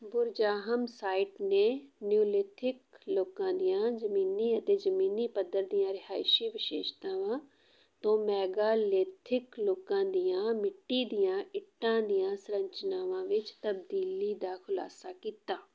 Burzahom site ਨੇ neolithic ਲੋਕਾਂ ਦੀਆਂ ਜ਼ਮੀਨੀ ਅਤੇ ਜ਼ਮੀਨੀ ਪੱਧਰ ਦੀਆਂ ਰਿਹਾਇਸ਼ੀ ਵਿਸ਼ੇਸ਼ਤਾਵਾਂ ਤੋਂ ਮੈਗਾਲੀਥਿਕ ਲੋਕਾਂ ਦੀਆਂ ਮਿੱਟੀ ਦੀਆਂ ਇੱਟਾਂ ਦੀਆਂ ਸੰਰਚਨਾਵਾਂ ਵਿੱਚ ਤਬਦੀਲੀ ਦਾ ਖੁਲਾਸਾ ਕੀਤਾ